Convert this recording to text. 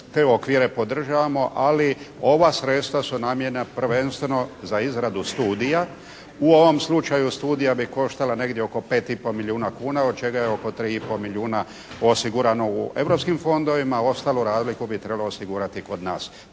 te okvire podržavamo, ali ova sredstva su namijenjena prvenstveno za izradu studija. U ovom slučaju studija bi koštala negdje oko 5 i pol milijuna kuna od čega je oko 3 i pol milijuna osigurano u europskim fondovima, ostalu razliku bi trebalo osigurati kod nas.